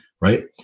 right